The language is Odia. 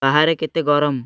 ବାହାରେ କେତେ ଗରମ